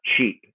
cheap